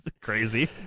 Crazy